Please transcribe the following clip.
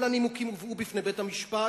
כל הנימוקים הובאו בפני בית-המשפט,